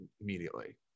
immediately